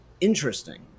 Interesting